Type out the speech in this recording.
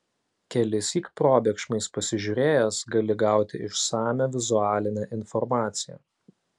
kelissyk probėgšmais pasižiūrėjęs gali gauti išsamią vizualinę informaciją